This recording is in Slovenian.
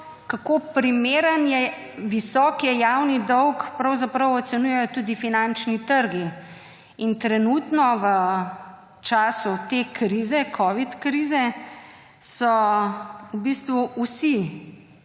kako primeren je, kako visok je javni dolg, pravzaprav ocenjujejo tudi finančni trgi. Trenutno v času te krize, covid krize, so v bistvu vsi